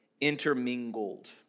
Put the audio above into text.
intermingled